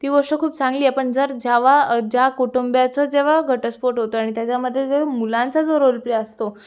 ती गोष्ट खूप चांगली आहे पण जर जावा ज्या कुटुंबाचं जेव्हा घटस्फोट होतोय आणि त्याच्यामध्ये जर मुलांचा जो रोल प्ले असतो